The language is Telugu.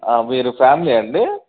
మీరు ఫ్యామిలీ అండి